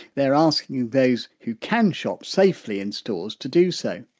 they're asking those who can shop safely in stores to do so.